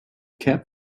cap